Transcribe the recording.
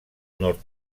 nord